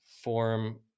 form